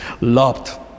loved